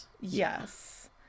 Yes